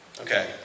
Okay